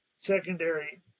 secondary